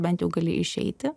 bent jau gali išeiti